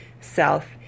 self